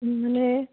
મને